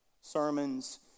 sermons